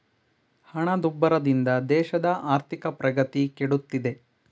ಹಣದುಬ್ಬರದಿಂದ ದೇಶದ ಆರ್ಥಿಕ ಪ್ರಗತಿ ಕೆಡುತ್ತಿದೆ